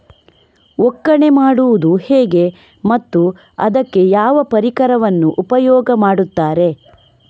ಒಕ್ಕಣೆ ಮಾಡುವುದು ಹೇಗೆ ಮತ್ತು ಅದಕ್ಕೆ ಯಾವ ಪರಿಕರವನ್ನು ಉಪಯೋಗ ಮಾಡುತ್ತಾರೆ?